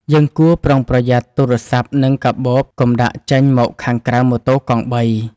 យើងគួរប្រុងប្រយ័ត្នទូរស័ព្ទ និងកាបូប កុំដាក់ចេញមកខាងក្រៅម៉ូតូកង់បី។